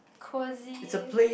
cosy